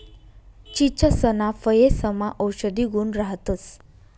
चीचसना फयेसमा औषधी गुण राहतंस